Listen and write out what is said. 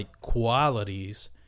qualities